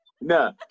No